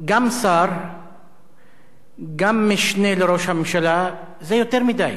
גם שר וגם משנה לראש הממשלה זה יותר מדי.